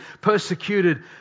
persecuted